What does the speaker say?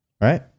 Right